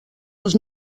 els